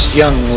young